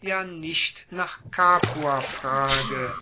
ja nicht nach capua frage